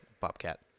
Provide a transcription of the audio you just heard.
bobcat